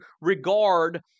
regard